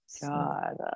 God